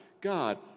God